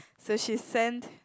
so she sent